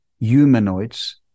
humanoids